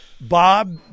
Bob